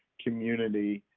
community,